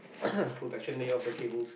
potentially of the K booth